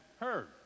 heard